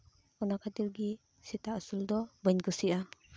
ᱚᱱᱟ ᱠᱷᱟᱹᱛᱤᱨ ᱜᱮ ᱥᱮᱛᱟ ᱟᱹᱥᱩᱞ ᱫᱚ ᱵᱟᱹᱧ ᱠᱩᱥᱤᱭᱟᱜᱼᱟ